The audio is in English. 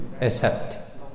accept